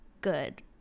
good